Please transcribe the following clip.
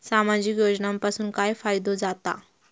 सामाजिक योजनांपासून काय फायदो जाता?